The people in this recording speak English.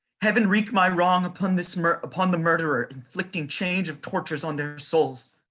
heaven wreak my wrong upon this mur upon the murderer inflicting change of tortures on their souls.